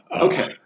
Okay